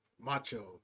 Macho